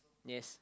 yes